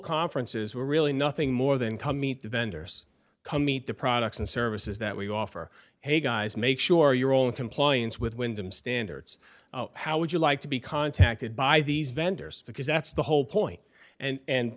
conferences were really nothing more than come meet the vendors come meet the products and services that we offer hey guys make sure you're all in compliance with wyndham standards how would you like to be contacted by these vendors because that's the whole point and